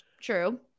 true